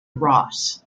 ross